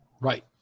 Right